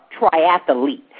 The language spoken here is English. triathlete